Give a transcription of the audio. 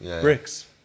bricks